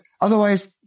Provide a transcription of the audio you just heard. Otherwise